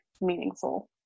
meaningful